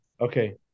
Okay